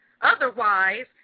Otherwise